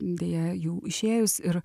deja jau išėjus ir